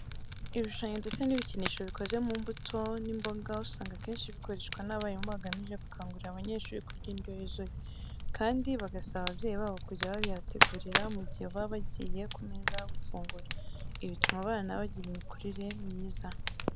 Ibishushanyo ndetse n'ibikinisho bikoze mu mbuto n'imboga usanga akenshi bikoreshwa n'abarimu bagamije gukangurira abanyeshuri kurya indyo yuzuye, kandi bagasaba ababyeyi babo kujya bayibategurira mu gihe baba bagiye ku meza gufungura. Ibi bituma abana bagira imikurire myiza.